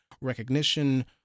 recognition